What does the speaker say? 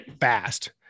Fast